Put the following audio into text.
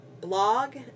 blog